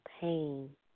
pain